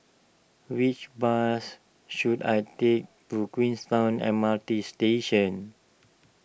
which bus should I take to Queenstown M R T Station